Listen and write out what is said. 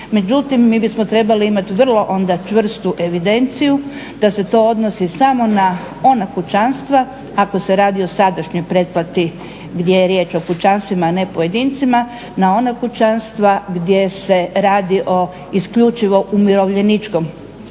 Međutim, mi bismo trebali imati vrlo onda čvrstu evidenciju da se to odnosi samo na ona kućanstva ako se radi o sadašnjoj pretplati gdje je riječ o kućanstvima, a ne pojedincima na ona kućanstva gdje se radi o isključivo umirovljeničkom